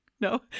No